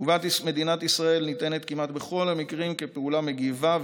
תגובת מדינת ישראל ניתנת כמעט בכל המקרים כפעולה מגיבה,